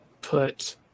put